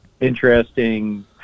interesting